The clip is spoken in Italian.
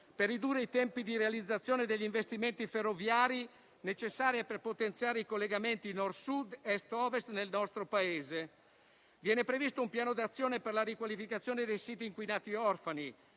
per ridurre i tempi di realizzazione degli investimenti ferroviari necessari per potenziare i collegamenti Nord-Sud e Est-Ovest nel nostro Paese. Viene previsto un piano di azione per la riqualificazione dei siti inquinati orfani,